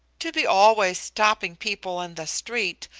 to be always stopping people in the street,